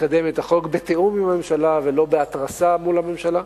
לקדם את החוק בתיאום עם הממשלה ולא בהתרסה מול הממשלה,